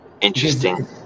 Interesting